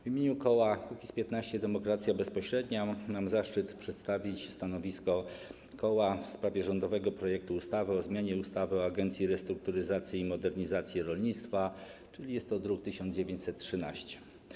W imieniu koła Kukiz’15 Demokracja Bezpośrednia mam zaszczyt przedstawić stanowisko koła w sprawie rządowego projektu ustawy o zmianie ustawy o Agencji Restrukturyzacji i Modernizacji Rolnictwa, druk nr 1913.